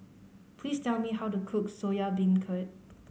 please tell me how to cook Soya Beancurd